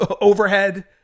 overhead